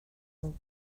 algú